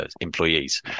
employees